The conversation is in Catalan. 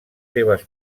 seves